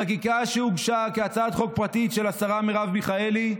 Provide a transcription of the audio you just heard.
חקיקה שהוגשה כהצעת חוק פרטית של השרה מרב מיכאלי.